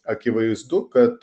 akivaizdu kad